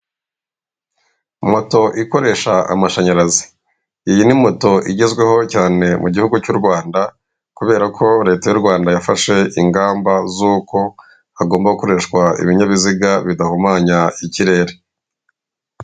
Moto ikoresha amashanyarazi, iyi ni moto igenzweho cyane mu gihugu cy'Urwanda. Kuberako Leta yu Urwanda yafashe ingamba, ivugako hagomba gukoreshwa ibinyabiziga bidahumanya ikirere.